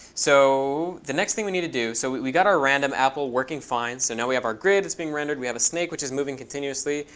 so the next thing we need to do so we we got our random apple working fine. so now we have our grid that's being rendered. we have a snake which is moving continuously,